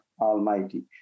Almighty